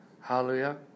Hallelujah